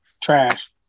trash